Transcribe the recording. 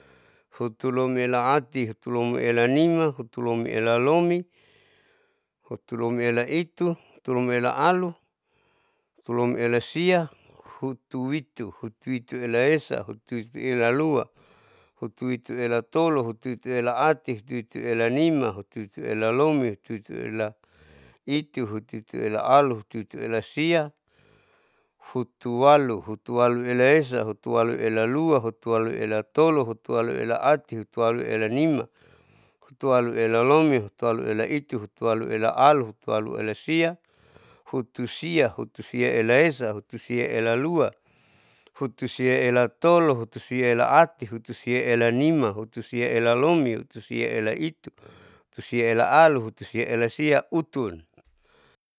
Hutunimaela ati, hutunimaela nima, hutunimaela lomi, hutunimaela itu, hutunimaela alu, hutunimaela sia, hutulomi, hutulomiela esa, hutulomiela lua, hutulomiela tolo, hutulomiela ati, hutulomiela nima, hutulomiela lomi, hutulomiela itu, hutulomiela alu, hutulomiela sia, hutuitu, hutuituela esa, hutuituela lua, hutuituela tolo, hutuituela ati, hutuituela nima, hutuituela lomi, hutuituela itu, hutuituela alu, hutuituela sia, hutualu, hutualuela esa, hutualuela lua, hutualuela tolo, hutualuela ati, hutualuela nima, hutualuela lomi, hutualuela itu, hutualuela alu, hutualuela sia, hutusia, hutusiaela esa, hutusiaela lua, hutusiaela tolo, hutusiaela ati, hutusiaela nima, hutusiaela lomi, hutusiaela itu, hutusiaela alu, hutusiaela sia, utun.